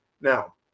Now